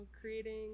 creating